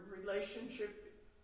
relationship